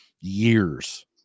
years